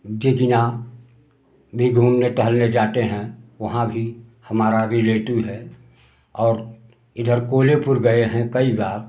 जिझिना भी घूमने टहलने जाते हैं वहाँ भी हमारा रिलेटिव है और इधर कोल्हेपुर गए हैं कई बार